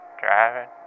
driving